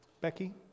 Becky